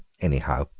anyhow,